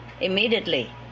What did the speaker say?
immediately